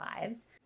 lives